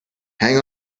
hang